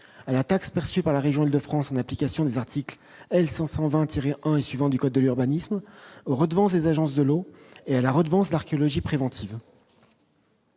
à la taxe perçue par la région Île-de-France en application des articles L. 100 120 tirer 1 et suivants du Code de l'urbanisme redevances des agences de l'eau et à la redevance de l'archéologie préventive.